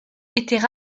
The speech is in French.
étaient